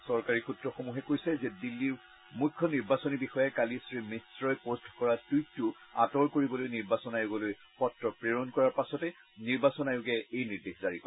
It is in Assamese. চৰকাৰী সূত্ৰসমূহে কৈছে যে দিল্লীৰ মুখ্য নিৰ্বাচনী বিষয়াই কালি এী মিশ্ৰই পোষ্ট কৰা টুইটটো আঁতৰ কৰিবলৈ নিৰ্বাচন আয়োগলৈ পত্ৰ প্ৰেৰণ কৰাৰ পাছতে নিৰ্বাচন আয়োগে এই নিৰ্দেশ জাৰি কৰে